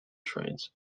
trains